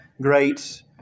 great